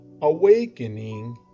Awakening